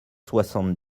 soixante